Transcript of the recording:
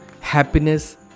happiness